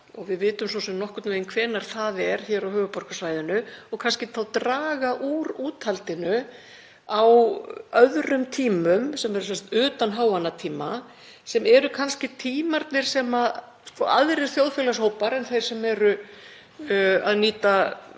— við vitum svo sem nokkurn veginn hvenær það er hér á höfuðborgarsvæðinu — og kannski draga úr úthaldinu á öðrum tímum sem eru utan háannatíma. Það eru kannski tímarnir sem aðrir þjóðfélagshópar en þeir sem nýta